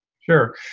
Sure